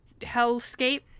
hellscape